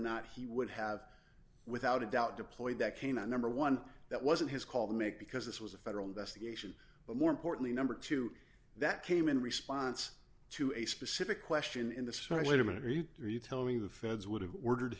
not he would have without a doubt deployed that came out number one that wasn't his call to make because this was a federal investigation but more importantly number two that came in response to a specific question in the sky wait a minute he read tell me the feds would have ordered